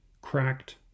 cracked